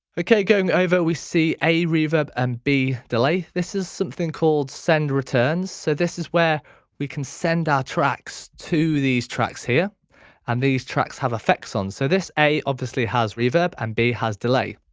ok going over we see a reverb and b delay. this is something called send returns so this is where we can send our tracks to these tracks here and these tracks have effects on so this a obviously has reverb and b has delay.